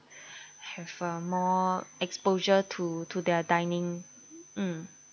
have a more exposure to to their dining mm